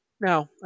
Now